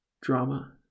drama